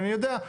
אינני יודע,